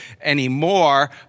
anymore